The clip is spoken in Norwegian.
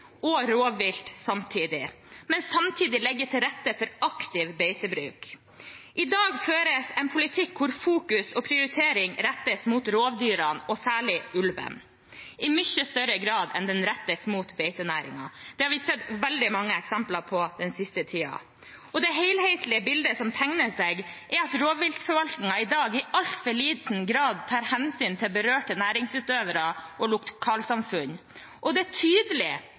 og rovvilt, men samtidig legge til rette for aktiv beitebruk. I dag føres en politikk hvor fokus og prioritering rettes mot rovdyrene, og særlig ulven, i mye større grad enn mot beitenæringen. Det har vi sett veldig mange eksempler på den siste tiden. Og det helhetlige bildet som tegner seg, er at rovviltforvaltningen i dag i altfor liten grad tar hensyn til berørte næringsutøvere og lokalsamfunn, og det er tydelig